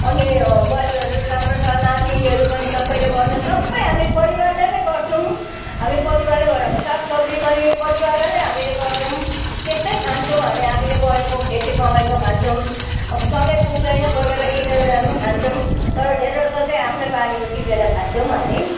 अनि बुहारीहरू राम्रो छ नातिनीहरू पनि सबले गर्छन् सबै हामी परिवारले नै गर्छौँ हामी परिवार अब साग सब्जीमा पनि परिवारलाई पनि हामीले गर्छौँ त्यस्तै खान्छौँ हामी आफैले गरेको खेती कमाइको खान्छौँ अब सधैँ पुग्दैन कोही बेला किनेर ल्याएर पनि खान्छौँ तर धेरै जस्तो चाहिँ आफ्नै बारीको टिपेर खान्छौँ हामी